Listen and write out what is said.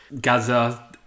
Gaza